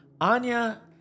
Anya